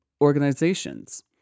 organizations